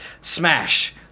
smash